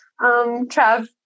Trav